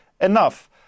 enough